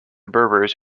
berbers